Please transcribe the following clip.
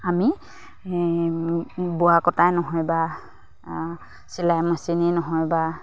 আমি বোৱা কটাই নহয় বা চিলাই মেচিনেই নহয় বা